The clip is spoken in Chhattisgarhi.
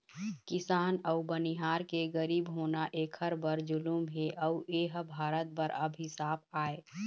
किसान अउ बनिहार के गरीब होना एखर बर जुलुम हे अउ एह भारत बर अभिसाप आय